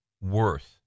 worth